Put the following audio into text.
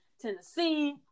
Tennessee